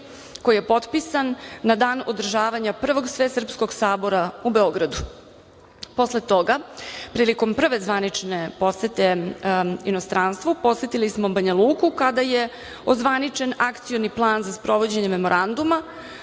koji je potpisan na dan održavanja prvog Svesrpskog sabora u Beogradu. Posle toga, prilikom prve zvanične posete inostranstvu, posetili smo Banja Luku, kada je ozvaničen Akcioni plan za sprovođenje memoranduma,